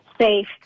safe